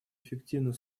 эффективно